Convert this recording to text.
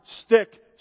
stick